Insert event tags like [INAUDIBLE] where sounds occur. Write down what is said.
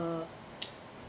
uh [NOISE]